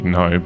no